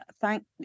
thank